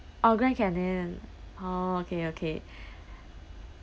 oh grand canyon oh okay okay